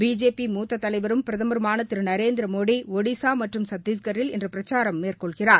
BJP மூத்த தலைவரும் பிரதமருமான திரு நரேந்திரமோடி ஒடிஸா மற்றும் சத்திஷ்கரில் இன்று பிரச்சாரம் மேற்கொள்கிறார்